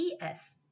es